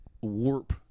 warp